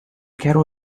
quero